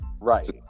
Right